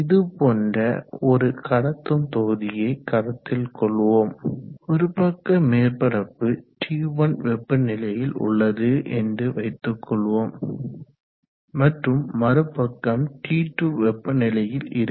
இது போன்ற ஒரு கடத்தும் தொகுதியைக் கருத்தில் கொள்வோம் ஒரு பக்க மேற்பரப்பு T1 வெப்பநிலையில் உள்ளது என்று வைத்துக் கொள்வோம் மற்றும் மறுபக்கம் T2 வெப்பநிலையில் இருக்கும்